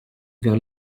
vers